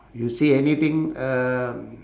you see anything uh